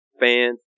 fans